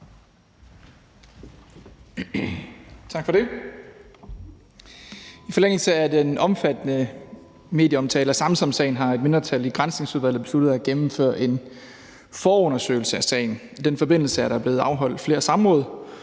Tak for det. I forlængelse af den omfattende medieomtale af Samsamsagen har et mindretal i Granskningsudvalget besluttet at gennemføre en forundersøgelse af sagen. I den forbindelse er der blevet afholdt flere samråd,